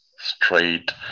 straight